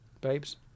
Babes